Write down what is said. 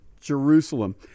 Jerusalem